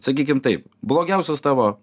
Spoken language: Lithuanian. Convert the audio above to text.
sakykim taip blogiausias tavo